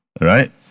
right